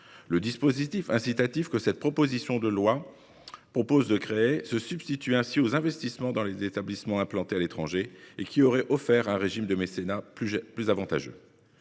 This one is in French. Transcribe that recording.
Le dispositif incitatif que ce texte propose de créer se substitue ainsi aux investissements dans des établissements implantés à l'étranger, qui offrent sinon un régime de mécénat plus avantageux.